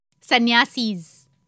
sannyasis